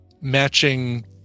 matching